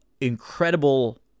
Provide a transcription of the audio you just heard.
Incredible